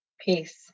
peace